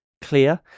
clear